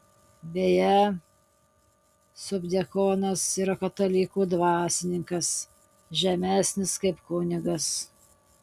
beje subdiakonas yra katalikų dvasininkas žemesnis kaip kunigas